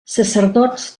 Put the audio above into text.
sacerdots